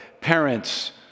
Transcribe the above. parents